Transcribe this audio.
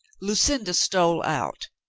lucinda stole out.